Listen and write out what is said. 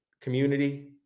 community